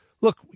look